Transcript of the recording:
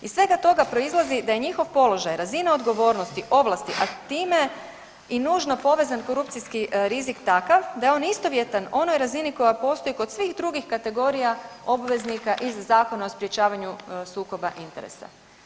Iz svega toga proizlazi da je njihov položaj, razina odgovornosti, a time i nužno povezan korupcijski rizik takav da je on istovjetan onoj razini koja postoji kod svih drugih kategorija obveznika iz Zakona o sprječavanju sukoba interesa.